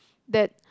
that